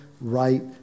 right